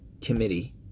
committee